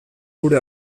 gure